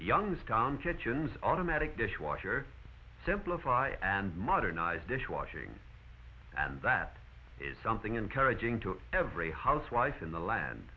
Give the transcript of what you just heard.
youngstown kitchens automatic dishwasher simplify and modernize dish washing and that is something encouraging to every housewife in the land